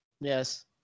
Yes